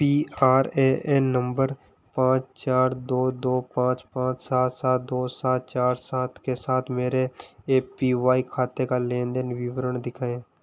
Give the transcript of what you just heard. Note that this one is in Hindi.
P R A N number पाँच चार दो दो पाँच पाँच सात सात दो सात चार सात के साथ मेरे ए पी वाई खाते का लेनदेन विवरण दिखाएँ